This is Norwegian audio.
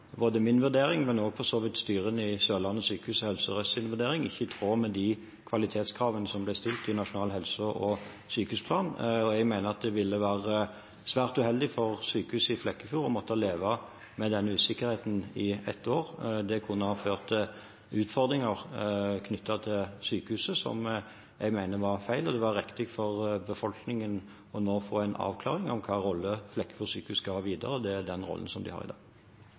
min vurdering – og for så vidt også styrene i Sørlandet sykehus og Helse Sør-Østs vurdering – ikke i tråd med de kvalitetskravene som ble stilt i Nasjonal helse- og sykehusplan. Jeg mener at det ville være svært uheldig for sykehuset i Flekkefjord å måtte leve med denne usikkerheten i ett år – det kunne ha ført til utfordringer knyttet til sykehuset som jeg mener var feil. Det var riktig for befolkningen å få en avklaring nå om hvilken rolle Flekkefjord sykehus skal ha videre – og det er den rollen de har i dag.